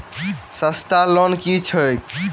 सस्ता लोन केँ छैक